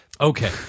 Okay